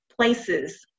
places